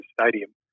stadium